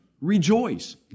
Rejoice